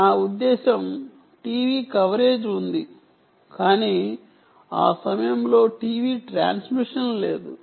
నా ఉద్దేశ్యం TV coverage ఉంది కానీ ఆ సమయంలో టీవీ ట్రాన్స్మిషన్ లేదు